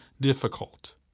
difficult